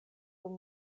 dum